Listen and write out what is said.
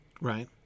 Right